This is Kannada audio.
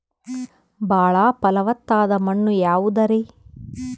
ಬಾಳ ಫಲವತ್ತಾದ ಮಣ್ಣು ಯಾವುದರಿ?